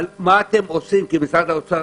אבל מה אתם עושים כמשרד האוצר?